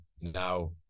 now